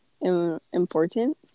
important